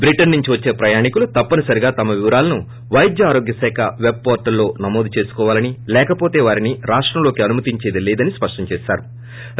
Britain నుంచి వచ్చే ప్రయాణికులు తప్పనిసరిగా తమ వివరాలను వైద్య ఆరోగ్యశాఖ పెట్ పోర్టల్ లో నమోదు దేసుకోవాలని లేకపోతే వారిని రాష్టంలోకి అనుమతించేది లేదని స్పష్టం చేశారు